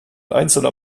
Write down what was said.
einzelner